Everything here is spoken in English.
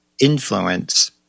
influence